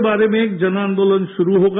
के बारे में जनआदोलन शुरू होगा